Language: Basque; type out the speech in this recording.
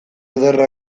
ederra